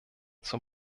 zum